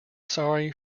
sorry